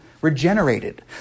regenerated